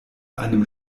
einem